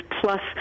plus